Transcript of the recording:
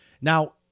Now